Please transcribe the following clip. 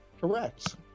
Correct